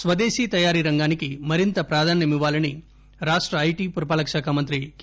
స్వదేశీ తయారీ రంగానికి మరింత ప్రాధాన్యం ఇవ్వాలని రాష్ట ఐటీ పురపాలకశాఖ మంత్రి కె